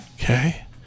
Okay